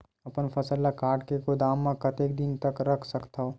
अपन फसल ल काट के गोदाम म कतेक दिन तक रख सकथव?